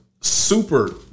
super